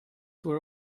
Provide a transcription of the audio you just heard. were